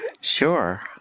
Sure